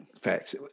facts